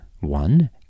One